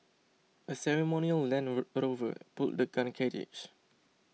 a ceremonial Land a Rover pulled the gun carriage